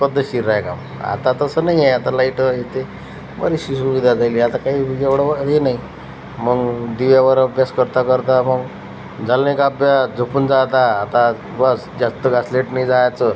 पद्धतशीर राही काम आता तसं नाही आहे आता लाईटं येते बरीचशी सुविधा झाली आहे आता काही एवढं व हे नाही मग दिव्यावर अभ्यास करता करता मग झाला नाही का अभ्यास झोपून जा आता आता बस जास्त घासलेट नाही जायचं